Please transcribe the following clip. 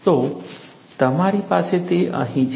તો તમારી પાસે તે અહીં છે